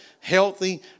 healthy